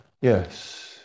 Yes